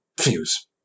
fuse